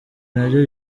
nabyo